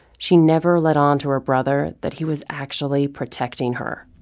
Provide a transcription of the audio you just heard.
she never let on to her brother that he was actually protecting her.